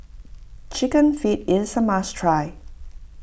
Chicken Feet is a must try